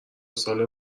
ساله